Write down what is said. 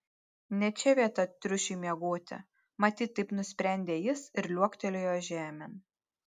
ne čia vieta triušiui miegoti matyt taip nusprendė jis ir liuoktelėjo žemėn